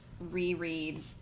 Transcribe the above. reread